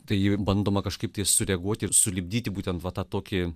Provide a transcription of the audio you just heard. tai bandoma kažkaip sureaguoti ir sulipdyti būtent va tokie